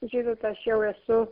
žinot aš jau esu